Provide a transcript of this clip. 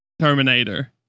Terminator